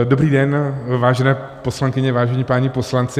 Dobrý den, vážené poslankyně, vážení páni poslanci.